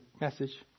message